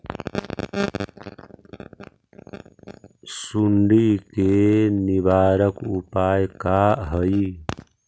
सुंडी के निवारक उपाय का हई?